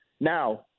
Now